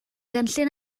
gynllun